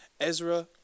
Ezra